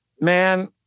man